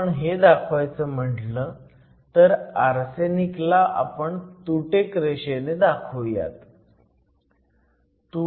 जर आपण हे दाखवायचं म्हणलं तर आर्सेनिक ला आपण तुटक रेषेने दाखवुयात